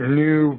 new